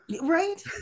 Right